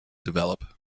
develop